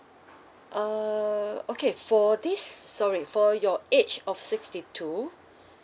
uh okay for this sorry for your age of sixty two